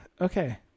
okay